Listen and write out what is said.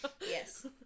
Yes